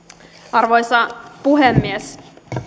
arvoisa puhemies